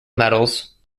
medals